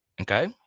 Okay